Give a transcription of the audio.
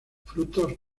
frutos